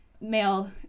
male